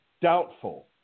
doubtful